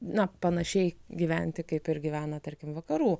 na panašiai gyventi kaip ir gyvena tarkim vakarų